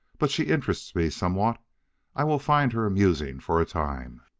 but she interests me somewhat i will find her amusing for a time.